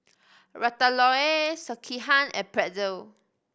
Ratatouille Sekihan and Pretzel